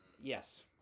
yes